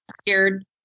scared